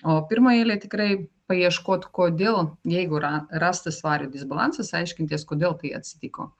o pirmą eilę tikrai paieškot kodėl jeigu yra rastas vario disbalansas aiškintis kodėl tai atsitiko